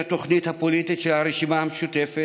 התוכנית הפוליטית של הרשימה המשותפת,